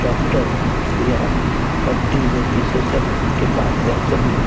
doctor या हड्डी रोग विशेषक के पास जाते हैं